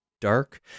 dark